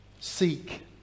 seek